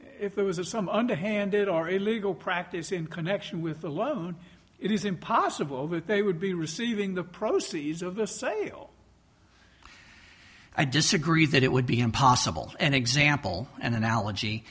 if there was a some underhanded or illegal practice in connection with the loan it is impossible that they would be receiving the proceeds of the sale i disagree that it would be impossible an example and analogy